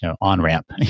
on-ramp